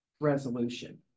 resolution